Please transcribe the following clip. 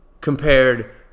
compared